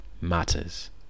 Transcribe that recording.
matters